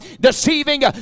deceiving